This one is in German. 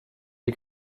die